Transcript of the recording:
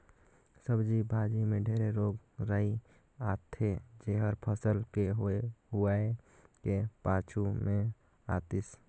सब्जी भाजी मे ढेरे रोग राई आथे जेहर फसल के होए हुवाए के पाछू मे आतिस